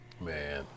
Man